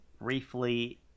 briefly